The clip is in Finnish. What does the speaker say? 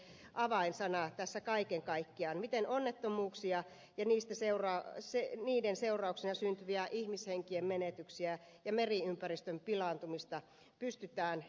ennaltaehkäisy on se avainsana tässä kaiken kaikkiaan se miten onnettomuuksia ja niiden seurauksena syntyviä ihmishenkien menetyksiä ja meriympäristön pilaantumista pystytään estämään